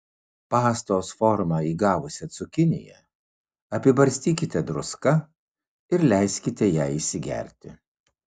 pastos formą įgavusią cukiniją apibarstykite druską ir leiskite jai įsigerti